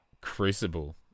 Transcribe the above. Crucible